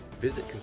visit